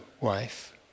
wife